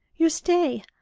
you stay.